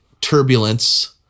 turbulence